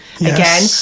again